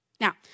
Now